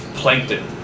plankton